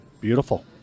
beautiful